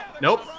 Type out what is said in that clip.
Nope